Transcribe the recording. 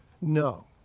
no